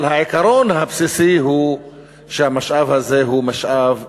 אבל העיקרון הבסיסי הוא שהמשאב הזה הוא משאב ציבורי.